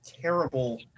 terrible